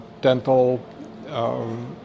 dental